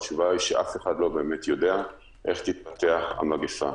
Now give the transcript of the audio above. התשובה היא שאף אחד לא באמת יודע איך תתפתח המגפה.